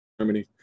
Germany